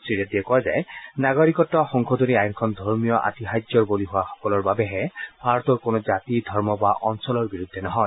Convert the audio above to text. শ্ৰীৰেড্ডীয়ে কয় যে নাগৰিকত্ব সংশোধনি আইনখন ধৰ্মীয় আতিশায্যৰ বলি হোৱাসকলৰ বাবেহে ভাৰতৰ কোনো জাতি ধৰ্ম বা অঞ্চলৰ বিৰুদ্ধে নহয়